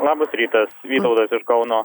labas rytas vytautas iš kauno